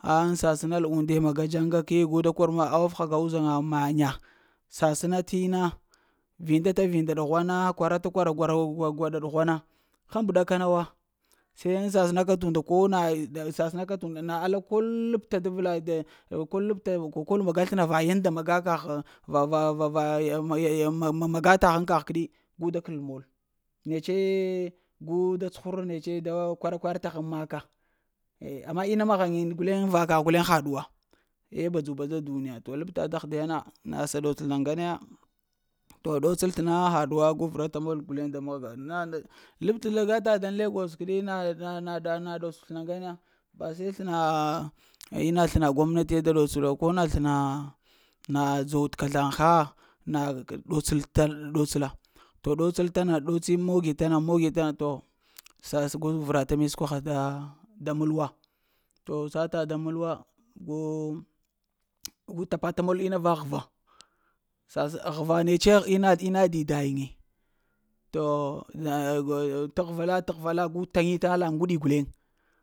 A sasənal unde maga jaŋga ki, gu da kor ma, awaf naga uzhaŋa maŋya sasəna t'na. Vinda t’ vinda ɗughwana, kwara t’ kwara gwaɗa ɗughwana, həma ba ɗakana wa se ŋ sasəna ka t’ unda na. Alla kəl lapta kol maga t’ slna vi ya yanda maga kagha va-va-va ya-ya ma-ma gata haŋ kagh kdi gu da kəl mol. Nece eh gu da cuhura nece da kwar-kwar ta haŋ maka. eh amma ina mahaŋin guleŋ va kagh guleŋ haɗuwa. Eh badzu-badza duniya. To laptaɗ dagh de na nah sa ɗots sləna ŋga naya. Toh ɗots el slna haɗuwa to gu vrata mol guleŋ guleŋ da mahya na. La gataɗ dan legos guleŋ na na dots sləna ŋgana ya, ba se slna a ina gwamnati ye da ɗots lo ko na slna, na dzow t’ kəezlaŋ ha, na ɗots t'l ɗots la, to ɗotsəl t’ na mogi tana-mogi tana toh. sa to gal vra ta mi səkwaha da da mulwa. To sa taɗ da mulwa gu gu tapata mul ina va həva, sa həva nece ina-ma dida-yiŋe to na t'hva to-t’ hvalo gu ta ŋita alla uŋguɗi guleŋ.